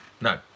No